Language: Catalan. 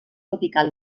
tropical